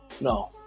no